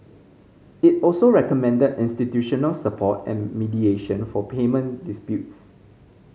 it also recommended institutional support and mediation for payment disputes